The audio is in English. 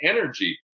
energy